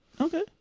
Okay